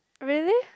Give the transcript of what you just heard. really